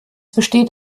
besteht